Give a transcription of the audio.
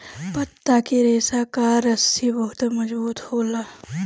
पत्ता के रेशा कअ रस्सी बहुते मजबूत होला